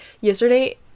yesterday